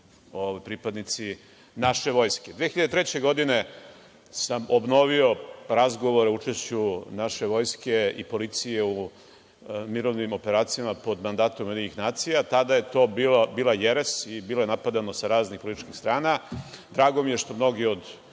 i pripadnici naše vojske. Dakle, 2003. godine sam obnovio razgovore o učešću naše vojske i policije u mirovnim operacijama pod mandatom UN. Tada je to bila jeres, i bilo je napadano sa raznih političkih strana. Drago mi je što mnogi od